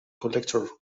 collector